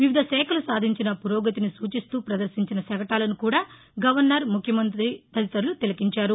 వివిధ శాఖలు సాధించిన పురోగతిని సూచిస్తూ పదర్శించిన శకటాలను కూడా గవర్నర్ ముఖ్యమంతి తదితరులు తిలకించారు